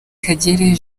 kagere